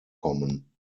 kommen